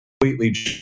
completely